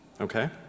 Okay